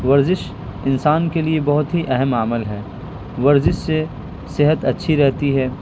ورزش انسان کے لیے بہت اہم عمل ہے ورزش سے صحت اچھی رہتی ہے